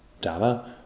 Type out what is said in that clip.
data